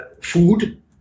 food